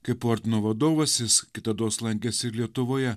kaip ordino vadovas jis kitados lankėsi ir lietuvoje